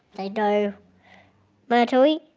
they go mercury,